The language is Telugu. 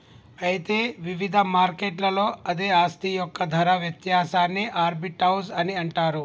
అయితే వివిధ మార్కెట్లలో అదే ఆస్తి యొక్క ధర వ్యత్యాసాన్ని ఆర్బిటౌజ్ అని అంటారు